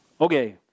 Okay